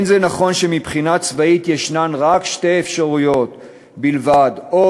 לא נכון שמבחינה צבאית ישנן שתי אפשרויות בלבד: או